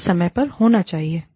यह समय पर होना चाहिए